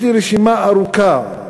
יש לי רשימה ארוכה,